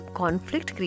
conflict